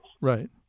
Right